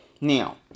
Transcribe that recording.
now